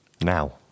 Now